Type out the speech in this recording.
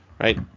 right